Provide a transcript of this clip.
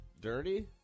Dirty